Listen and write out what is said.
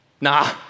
nah